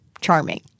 charming